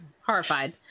Horrified